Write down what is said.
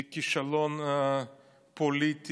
היא כישלון פוליטי,